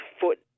foot